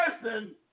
person